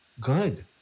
good